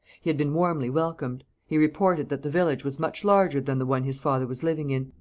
he had been warmly welcomed. he reported that the village was much larger than the one his father was living in,